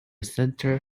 center